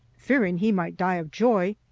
fearing he might die of joy,